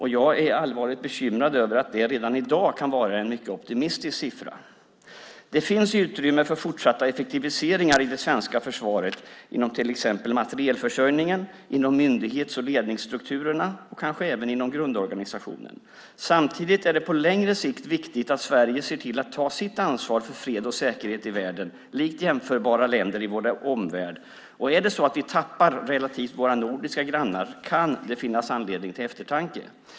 Jag är allvarligt bekymrad över att det redan i dag kan vara en mycket optimistisk siffra. Det finns utrymme för fortsatta effektiviseringar i det svenska försvaret inom till exempel materielförsörjningen, myndighets och ledningsstrukturerna och kanske även grundorganisationen. Samtidigt är det på längre sikt viktigt att Sverige ser till att ta sitt ansvar för fred och säkerhet i världen, likt jämförbara länder i vår omvärld. Om det är så att vi tappar relativt våra nordiska grannar kan det finnas anledning till eftertanke.